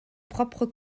propres